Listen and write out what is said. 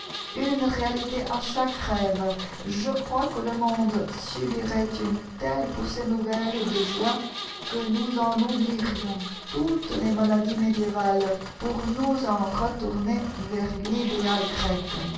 une réalité à chaque rêve je crois que le monde subirait une telle poussée nouvelle de joie que nous en oublierions toutes les maladies médiévales pour nous en retourner vers l'idéal grec